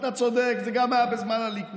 אתה צודק, זה היה גם בזמן הליכוד.